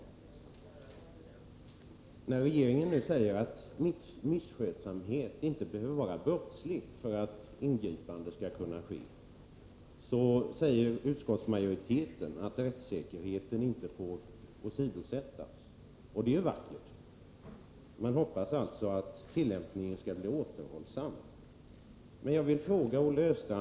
Men när regeringen nu säger att misskötsamheten inte behöver vara brottslig för att ett ingripande skall kunna ske, säger utskottsmajoriteten att rättssäkerheten inte får åsidosättas. Det låter ju vackert. Man hoppas alltså att tillämpningen skall bli återhållsam.